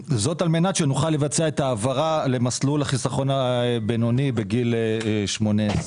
זאת על מנת שנוכל לבצע את ההעברה למסלול החיסכון הבינוני בגיל 18;